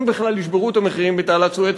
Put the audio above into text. אם בכלל ישברו את המחירים בתעלת סואץ.